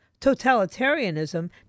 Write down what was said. Totalitarianism